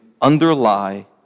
underlie